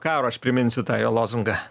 karo aš priminsiu tą jo lozungą